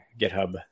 GitHub